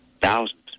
thousands